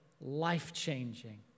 life-changing